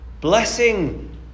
Blessing